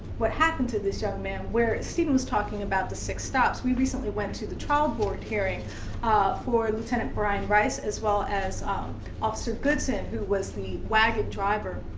what happened to this young man? where stephen was talking about the six stops, we recently went to the trial board hearing for lt. kind of brian rice, as well as um officer goodson, who was the wagon driver.